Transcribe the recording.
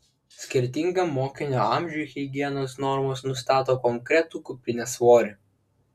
skirtingam mokinio amžiui higienos normos nustato konkretų kuprinės svorį